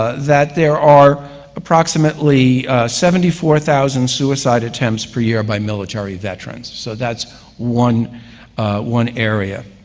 ah that there are approximately seventy four thousand suicide attempts per year by military veterans. so, that's one one area.